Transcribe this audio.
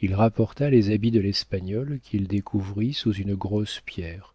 il rapporta les habits de l'espagnol qu'il découvrit sous une grosse pierre